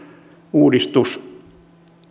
uudistus